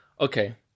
okay